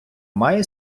має